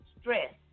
Stress